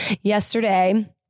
yesterday